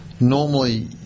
normally